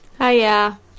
Hiya